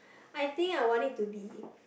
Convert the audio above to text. I think I want it to be